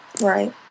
Right